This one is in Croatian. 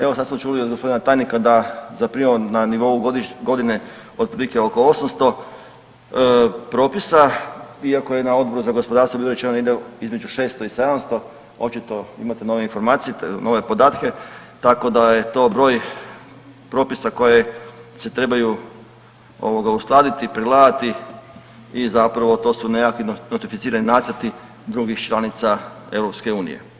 Evo sad smo čuli od gospodina tajnika da zaprimamo na nivou godišnje, godine otprilike oko 800 propisa iako je na Odboru za gospodarstvo bilo rečeno negdje između 600 i 700, očito imate nove informacije, nove podatke tako da je to broj propisa koje se trebaju ovoga uskladiti, pregledati i zapravo to su nekakvi notificirani nacrti drugih članica EU.